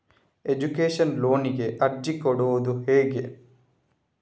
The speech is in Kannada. ಎಜುಕೇಶನ್ ಲೋನಿಗೆ ಅರ್ಜಿ ಕೊಡೂದು ಹೇಗೆ?